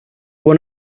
one